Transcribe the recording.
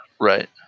Right